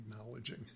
acknowledging